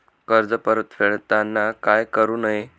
कर्ज फेडताना काय करु नये?